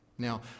Now